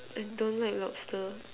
I don't like lobster